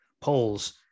polls